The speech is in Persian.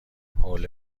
حوله